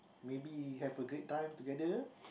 maybe have a great time together